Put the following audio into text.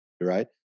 right